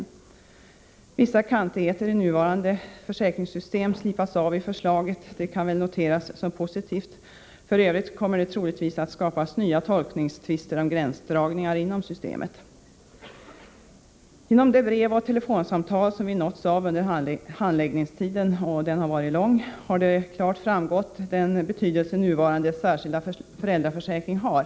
Vissa kantigheter i nuvarande försäkringssystem slipas av i förslaget, och det kan väl noteras som positivt. Men f. ö. kommer det troligtvis att skapas nya tolkningstvister om gränsdragningar inom systemet. Genom de brev och telefonsamtal som vi nåtts av under handläggningstiden — och den har varit lång — har det klart framgått vilken betydelse nuvarande särskilda föräldraförsäkring har.